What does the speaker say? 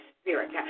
spirit